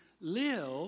live